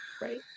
Right